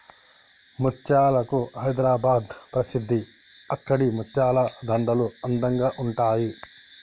ముత్యాలకు హైదరాబాద్ ప్రసిద్ధి అక్కడి ముత్యాల దండలు అందంగా ఉంటాయి